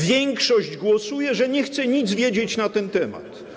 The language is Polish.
Większość głosuje, że nie chce nic wiedzieć na ten temat.